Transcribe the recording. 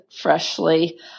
freshly